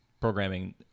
programming